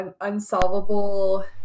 unsolvable